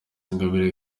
ingabire